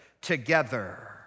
together